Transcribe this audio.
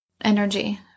energy